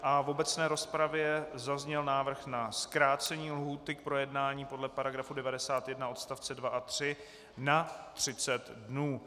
V obecné rozpravě zazněl návrh na zkrácení lhůty k projednání podle § 91 odst. 2 a 3 na 30 dnů.